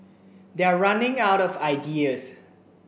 they're running out of ideas